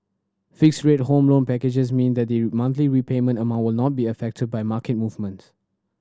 fixed rate Home Loan packages mean that the monthly repayment amount will not be affected by market movements